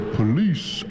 police